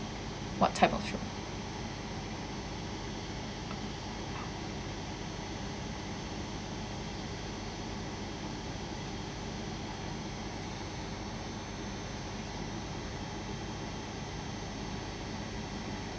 what type of rooms